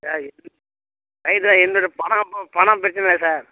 sir இருந்துது பணம் ப பணம் பிரச்சனை இல்லை சார்